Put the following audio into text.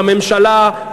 בממשלה,